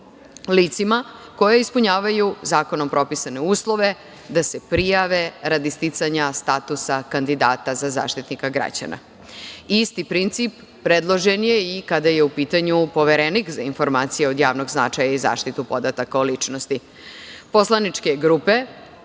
licima koja ispunjavaju zakonom propisane uslove da se prijave radi sticanja statusa kandidata za Zaštitnika građana. Isti princip predložen je i kada je u pitanju Poverenik za informacije od javnog značaja i zaštitu podataka o ličnosti. Poslaničke grupe